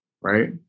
right